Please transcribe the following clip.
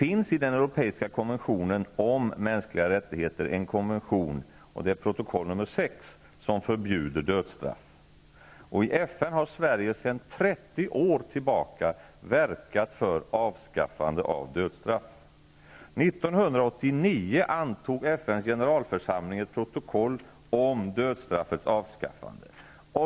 I den europeiska konventionen om mänskliga rättigheter ingår protokoll nr 6 som förbjuder dödsstraff. I FN har Sverige sedan 30 år tillbaka verkat för avskaffande av dödsstraff. År 1989 antog FN:s generalförsamling ett protokoll om dödsstraffets avskaffande.